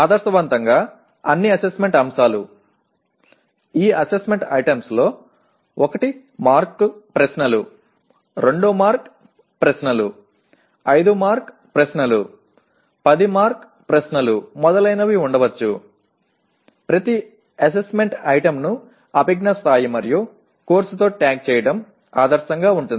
ఆదర్శవంతంగా అన్ని అసెస్మెంట్ అంశాలు ఈ అసెస్మెంట్ ఐటమ్స్లో 1 మార్క్ ప్రశ్నలు 2 మార్క్ ప్రశ్నలు 5 మార్క్ ప్రశ్నలు 10 మార్క్ ప్రశ్నలు మొదలైనవి ఉండవచ్చు ప్రతి అసెస్మెంట్ ఐటెమ్ను అభిజ్ఞా స్థాయి మరియు కోర్సుతో ట్యాగ్ చేయడం ఆదర్శంగా ఉంటుంది